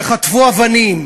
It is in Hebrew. שחטפו אבנים,